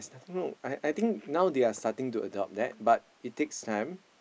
no I I think now they are starting to adopt that but it takes time